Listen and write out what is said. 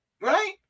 right